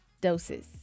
Doses